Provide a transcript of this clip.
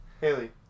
Haley